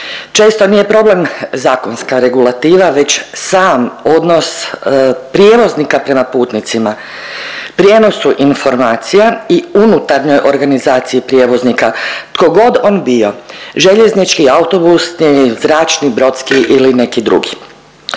Često nije problem zakonska regulativa već sam odnos prijevoznika prema putnicima, prijenosu informacija i unutarnjoj organizaciji prijevoznika tko god on bio, željeznički, autobusni, zračni, brodski ili neki drugi.